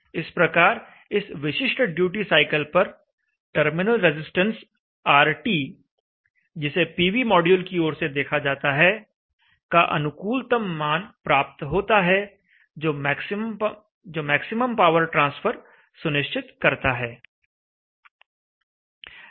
इस प्रकार इस विशिष्ट ड्यूटी साइकिल पर टर्मिनल रजिस्टेंस RT जिसे पीवी माड्यूल की ओर से देखा जाता है का अनुकूलतम मान प्राप्त होता है जो मैक्सिमम पावर ट्रांसफर सुनिश्चित करता है